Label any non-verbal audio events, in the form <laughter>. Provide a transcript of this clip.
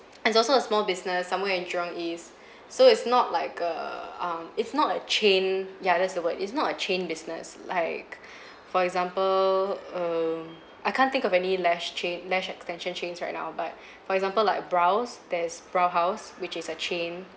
<noise> and it's also a small business somewhere in jurong east <breath> so it's not like a um it's not a chain ya that's the word it's not a chain business like <breath> for example um I can't think of any less chain lash extension chains right now but <breath> for example like brows there's browhaus which is a chain